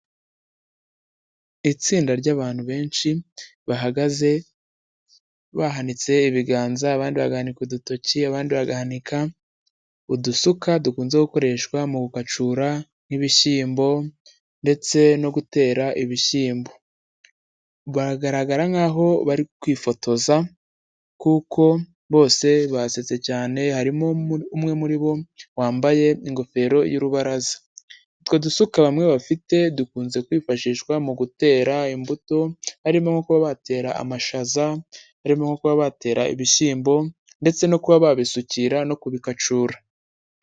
Itsinda ry'abantu benshi bahagaze bahanitse ibiganza abandi bagahanika udutoki abandi bagahanika udusuka dukunze gukoreshwa mu gukacura nk'ibishyimbo ndetse no gutera ibishyimbo, bagaragara nkaho bari kwifotoza kuko bose basetse cyane harimo umwe muri bo wambaye ingofero y'urubaraza utwo dusuka bamwe bafite dukunze kwifashishwa mu gutera imbuto harimo nko kuba batera amashaza arimo nko kuba batera ibishyimbo ndetse no kuba babisukira no kubikacura.